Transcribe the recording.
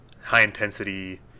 high-intensity